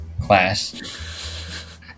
class